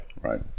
right